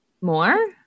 More